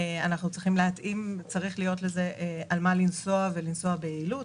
צריך להיות על מה לנסוע ביעילות,